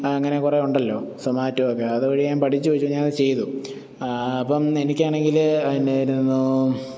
അങ്ങനെ കുറേ ഉണ്ടല്ലോ സൊമാറ്റോ ഒക്കെ അത് വഴി ഞാൻ പഠിച്ചു വച്ചു ഞാൻ അത് ചെയ്തു ആ അപ്പം എനിക്കാണെങ്കിൽ എന്നായിരുന്നു